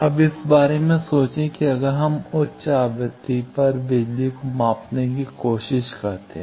अब इस बारे में सोचें कि अगर हम उच्च आवृत्ति पर बिजली को मापने की कोशिश करते हैं